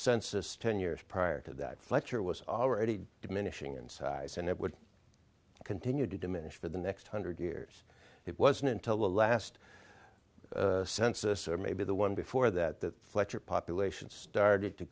census ten years prior to that fletcher was already diminishing in size and it would continue to diminish for the next hundred years it wasn't until the last census or maybe the one before that that fletcher population started to